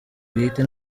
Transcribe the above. bwite